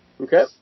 Okay